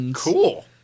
Cool